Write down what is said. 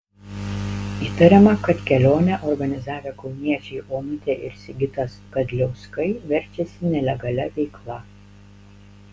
įtariama kad kelionę organizavę kauniečiai onutė ir sigitas gadliauskai verčiasi nelegalia veikla